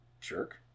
jerk